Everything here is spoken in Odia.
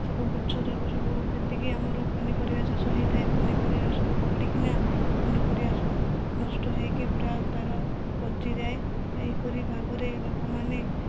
ସବୁ ଗଛଯାକ ସବୁ ଯେତିକି ଆମର ପନିପରିବା ଚାଷ ହୋଇଥାଏ ପନିପରିବା ଏରାସବୁ ଉପୁଡ଼ିକିନା ପନିପରିବା ସବୁ ନଷ୍ଟ ହୋଇକି ପୁରା ତା'ର ପଚିଯାଏ ଏହିପରି ଭାବରେ ଲୋକମାନେ